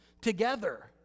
together